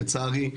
לצערי,